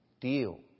deal